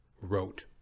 wrote